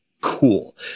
Cool